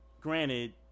Granted